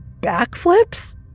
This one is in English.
backflips